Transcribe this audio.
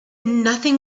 nothing